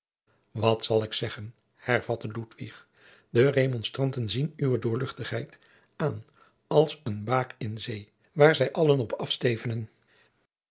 wat zal ik zeggen hervatte ludwig de remonstranten zien uwe doorl aan als een baak in zee waar zij allen op afstevenen